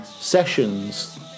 sessions